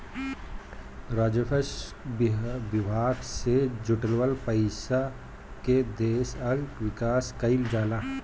राजस्व विभाग से जुटावल पईसा से देस कअ विकास कईल जाला